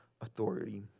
authority